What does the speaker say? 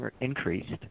increased